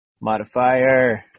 Modifier